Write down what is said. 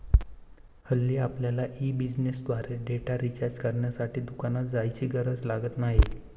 हल्ली आपल्यला ई बिझनेसद्वारे डेटा रिचार्ज करण्यासाठी दुकानात जाण्याची गरज लागत नाही